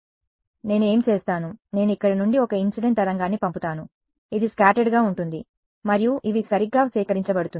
కాబట్టి నేను ఏమి చేస్తాను నేను ఇక్కడ నుండి ఒక ఇన్సిడెంట్ తరంగాన్ని పంపుతాను ఇది స్కాటర్డ్ గా ఉంటుంది మరియు ఇవి సరిగ్గా సేకరించబడుతుంది